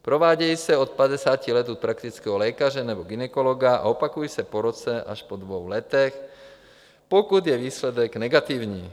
Provádějí se od padesáti let u praktického lékaře nebo gynekologa a opakují se po roce až po dvou letech, pokud je výsledek negativní.